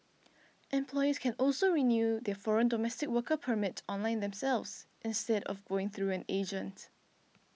employers can also renew their foreign domestic worker permits online themselves instead of going through an agent